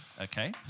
okay